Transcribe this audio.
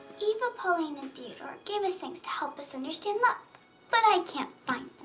eva, pauline, and theodore gave us things to help us understand love but i can't find